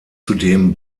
zudem